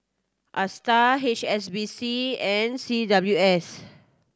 Astar H S B C and C W S